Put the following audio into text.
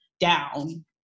Down